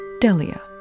Delia